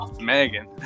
Megan